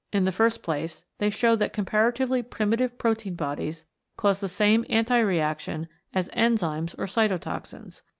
in the first place, they show that comparatively primitive protein-bodies cause the same anti-reaction as enzymes or cytotoxins.